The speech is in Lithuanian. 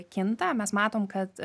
kinta mes matom kad